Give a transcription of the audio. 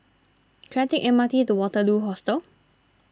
can I take M R T to Waterloo Hostel